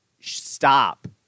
stop